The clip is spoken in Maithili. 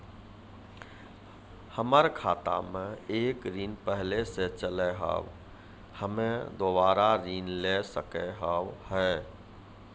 हमर खाता मे एक ऋण पहले के चले हाव हम्मे दोबारा ऋण ले सके हाव हे?